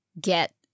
get